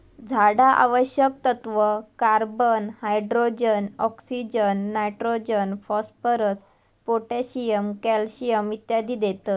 झाडा आवश्यक तत्त्व, carbon, hydrogen, oxygen, nitrogen, phosphorus, potassium, calcium इत्यादी देतत